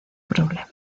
problema